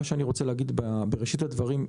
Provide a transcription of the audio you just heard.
אני רוצה לומר בראשית הדברים,